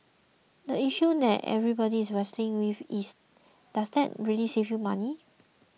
the issue that everybody is wrestling with is does that really save you money